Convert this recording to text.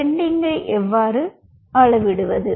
பெண்டிங்கை எவ்வாறு அளவிடுவது